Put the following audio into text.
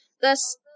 Thus